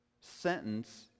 sentence